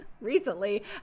recently